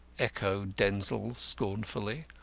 echoed denzil, scornfully.